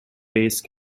base